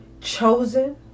chosen